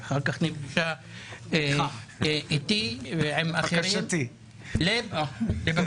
ואחר כך נפגשה איתי ועם אחרים לבקשת